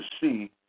see